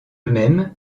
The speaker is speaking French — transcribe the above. même